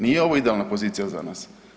Nije ovo idealna pozicija za nas.